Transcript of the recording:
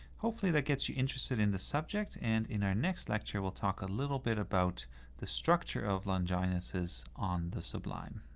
hopefully that gets you interested in the subject, and in our next lecture we'll talk a little bit about the structure of longinus' on the sublime.